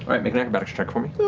matt make an acrobatics check for me.